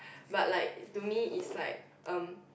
but like to me is like erm